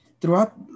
throughout